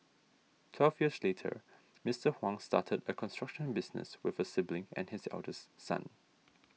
twelve years later Mister Huang started a construction business with a sibling and his eldest son